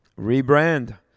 rebrand